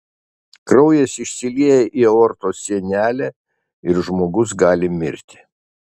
kraujas išsilieja į aortos sienelę ir žmogus gali mirti